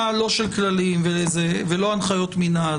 ברמה שהיא לא של כללים ולא של הנחיות מינהל,